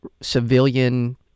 civilian